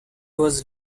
was